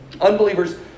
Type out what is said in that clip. Unbelievers